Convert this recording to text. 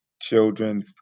children